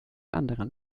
anderen